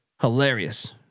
hilarious